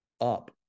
up